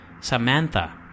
Samantha